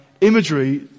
imagery